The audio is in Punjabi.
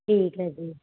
ਠੀਕ ਹੈ ਜੀ